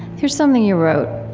here's something you wrote.